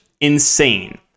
insane